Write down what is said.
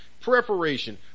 preparation